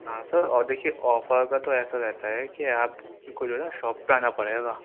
ہاں سر اور دیکھیے آفر کا تو ایسا رہتا ہے کہ آپ کو جو ہے نا شاپ پہ آنا پڑے گا